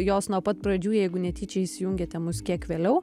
jos nuo pat pradžių jeigu netyčia įsijungėte mus kiek vėliau